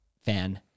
fan